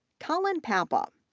colin pappa,